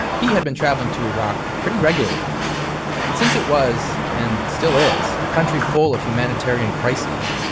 he had been traveling to iraq pretty regularly and since it was, and still is, a country full of humanitarian crises,